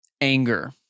anger